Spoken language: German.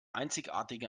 einzigartigen